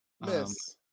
Miss